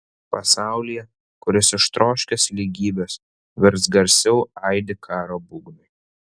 pasaulyje kuris ištroškęs lygybės vis garsiau aidi karo būgnai